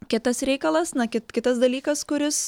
kitas reikalas na ki kitas dalykas kuris